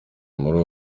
muri